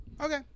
Okay